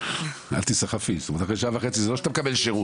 אל תיסחפי, זה לא שאחרי שעה וחצי אתה מקבל שירות.